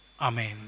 Amen